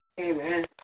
Amen